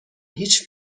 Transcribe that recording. هیچ